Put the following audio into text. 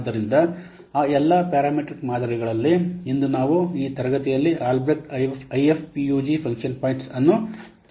ಆದ್ದರಿಂದ ಆ ಎಲ್ಲಾ ಪ್ಯಾರಮೆಟ್ರಿಕ್ ಮಾದರಿಗಳಲ್ಲಿ ಇಂದು ನಾವು ಈ ತರಗತಿಯಲ್ಲಿ ಆಲ್ಬ್ರೆಕ್ಟ್ ಐಎಫ್ಪಿಯುಜಿ ಫಂಕ್ಷನ್ ಪಾಯಿಂಟ್ಅನ್ನು ಚರ್ಚಿಸುತ್ತೇವೆ